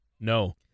no